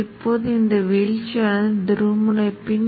இப்போது நீங்கள் இங்கே பார்க்கலாம் Viq நீலம் Viq இது சுவிட்ச் மின்னோட்டம்